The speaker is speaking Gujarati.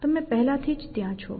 તમે પહેલાથી જ ત્યાં છો